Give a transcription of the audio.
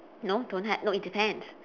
no don't have no it depends